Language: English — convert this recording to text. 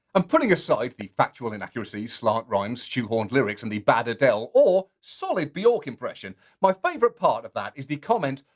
um putting aside the factual inaccuracy, slant rhymes, shoe-horned lyrics, and the bad adele or, solid bjork impression, my favorite part of that is the comment,